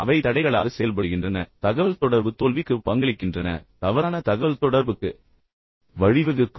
எனவே அவை தடைகளாக செயல்படுகின்றன பின்னர் அவை தகவல்தொடர்பு தோல்விக்கு பங்களிக்கின்றன அல்லது தவறான தகவல்தொடர்புக்கு வழிவகுக்கும்